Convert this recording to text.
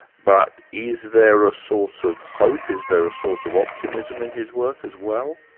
but is there a source of hope? is there a source of optimism in his work as well?